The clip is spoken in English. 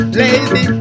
lazy